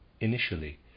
initially